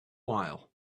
while